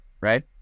Right